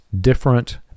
different